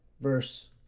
verse